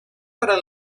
para